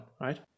right